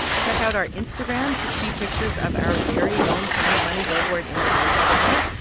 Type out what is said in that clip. check out our instagram to see pictures of our very own planet money billboard in times square.